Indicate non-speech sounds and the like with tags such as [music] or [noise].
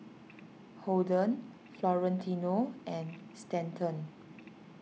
[noise] Holden Florentino and Stanton